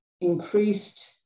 increased